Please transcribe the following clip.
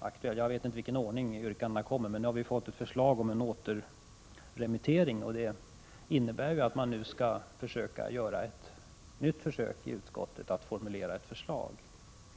aktuellt. Jag vet inte i vilken ordning yrkandena kommer. Vi har fått ett förslag om återremittering som innebär att utskottet nu skall göra ett nytt försök att formulera ett förslag.